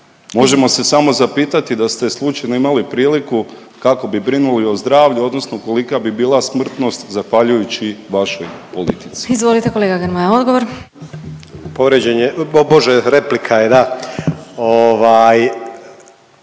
Možemo se samo zapitati da ste slučajno imali priliku kako bi brinuli o zdravlju odnosno kolika bi bila smrtnost, zahvaljujući vašoj politici. **Glasovac, Sabina (SDP)** Izvolite kolega Grmoja